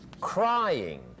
crying